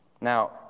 Now